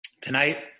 Tonight